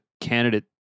candidate